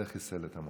זה חיסל את המועצה.